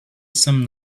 some